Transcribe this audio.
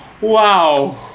wow